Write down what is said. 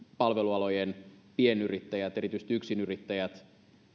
palvelualojen pienyrittäjät erityisesti yksinyrittäjät